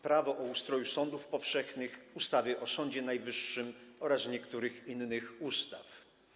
Prawo o ustroju sądów powszechnych, ustawy o Sądzie Najwyższym oraz niektórych innych ustaw.